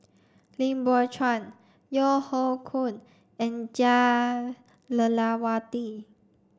Lim Biow Chuan Yeo Hoe Koon and Jah Lelawati